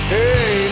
Hey